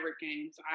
games